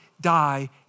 die